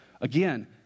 Again